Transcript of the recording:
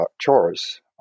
chores